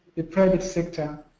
the private sector,